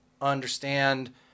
understand